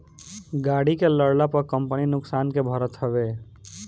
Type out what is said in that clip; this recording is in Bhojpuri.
गाड़ी के लड़ला पअ कंपनी नुकसान के भरत हवे